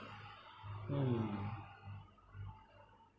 mm